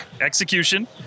execution